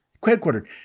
headquartered